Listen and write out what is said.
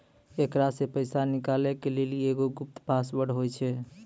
एकरा से पैसा निकालै के लेली एगो गुप्त पासवर्ड होय छै